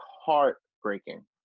heartbreaking